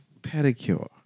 pedicure